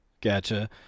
Gotcha